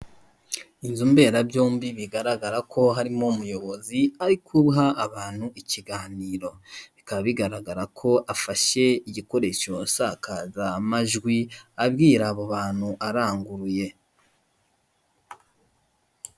Inzu mberabyombi bigaragara ko harimo umuyobozi ari guha bantu ikiganiro. Bikaba bigaragara ko afashe igikoresho nsakazamajwi, abwira abo bantu aranguruye.